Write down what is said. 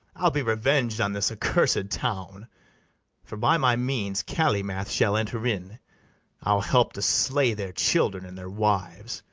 i'll be reveng'd on this accursed town for by my means calymath shall enter in i'll help to slay their children and their wives,